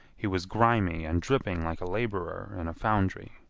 he was grimy and dripping like a laborer in a foundry.